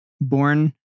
born